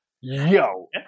yo